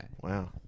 Wow